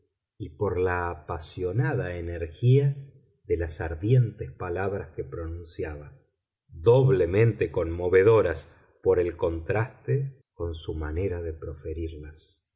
y por la apasionada energía de las ardientes palabras que pronunciaba doblemente conmovedoras por el contraste con su manera de proferirlas